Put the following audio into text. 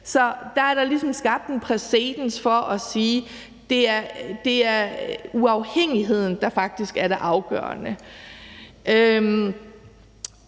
USA. Der er der ligesom skabt en præcedens for at sige, at det er uafhængigheden, der faktisk er det afgørende.